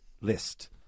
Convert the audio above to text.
list